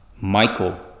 Michael